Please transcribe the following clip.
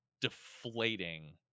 deflating